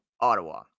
Ottawa